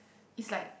is like